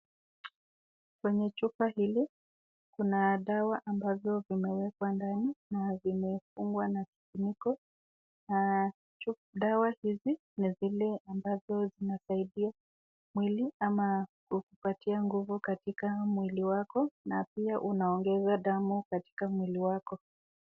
Kwenye chupa hili kuna dawa ambazo zimewekwa ndani na zimefungwa na kifuniko ,na dawa hizi ni zile ambazo zinasaidia mwili ama kukupatia nguvu katika mwili wako na pia unaongeza damu katika mwili wako.